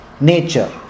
nature